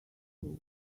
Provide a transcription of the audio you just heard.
too